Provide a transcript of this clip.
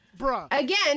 Again